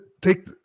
take